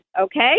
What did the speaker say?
okay